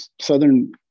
Southern